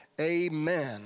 Amen